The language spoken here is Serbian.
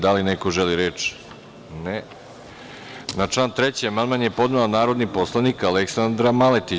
Da li neko želi reč? (Ne.) Na član 3. amandman je podnela narodni poslanik Aleksandra Maletić.